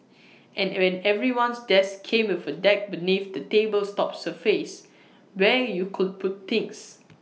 and when everyone's desk came with A deck beneath the table's top surface where you could put things